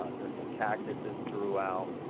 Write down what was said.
there's some cactus's throughout.